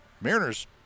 Mariners